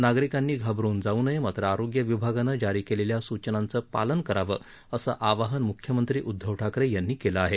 नागरिकांनी घाबरुन जाऊ नये मात्र आरोग्य विभागानं जारी केलेल्या सूचनांचं पालन करावं असं आवाहन म्ख्यमंत्री उद्धव ठाकरे यांनी केलं आहे